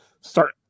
start